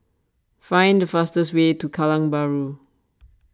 find the fastest way to Kallang Bahru